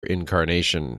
incarnation